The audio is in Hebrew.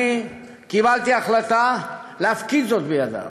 אני קיבלתי החלטה להפקיד זאת בידיו.